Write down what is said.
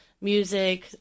Music